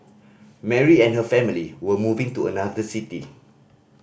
Mary and her family were moving to another city